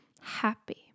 happy